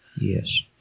yes